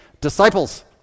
disciples